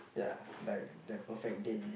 ya like the perfect date